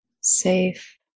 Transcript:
safe